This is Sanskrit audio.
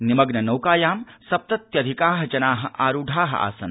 निमग्न नौकायां सप्तत्यधिकाः जनाः आरूढाः आसन्